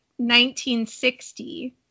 1960